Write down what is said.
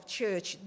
church